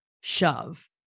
shove